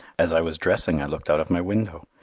as i was dressing i looked out of my window,